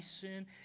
sin